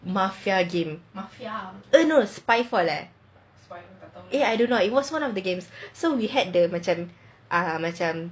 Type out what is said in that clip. mafia game eh no eh I don't know it was one of the games so we had macam macam ah